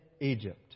Egypt